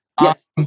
Yes